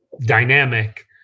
dynamic